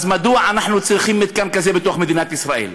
מדוע אנחנו צריכים מתקן כזה בתוך מדינת ישראל?